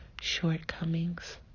shortcomings